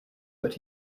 but